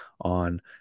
on